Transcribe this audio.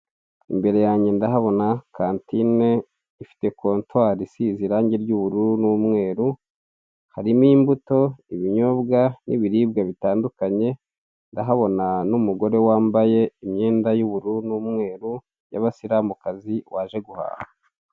Imbere yanjye ndahabona kantine ifite kontwari isize irange ry'ubururu n'umweru, harimo imbuto, ibinyobwa n'ibiribwa bitandukanye ndahabona n'umugore wambaye imyenda y'ubururu n'umweru y'abasilamukazi waje guhaha.